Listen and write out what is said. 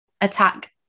attack